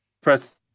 press